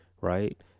Right